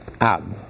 ab